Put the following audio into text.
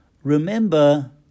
Remember